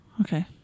Okay